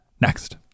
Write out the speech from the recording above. next